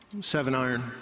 seven-iron